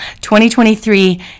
2023